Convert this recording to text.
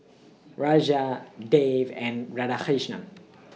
Raja Dev and Radhakrishnan